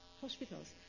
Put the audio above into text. hospitals